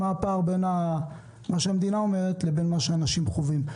הפער בין מה שאומרת המדינה לבין מה שאנשים חווים.